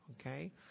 okay